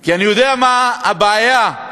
כי אני יודע מה הבעיה אם